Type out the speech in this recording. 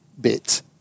bit